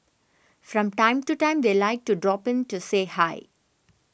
from time to time they like to drop in to say hi